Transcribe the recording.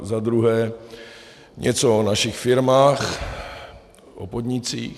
Za druhé, něco o našich firmách, o podnicích.